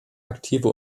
aktive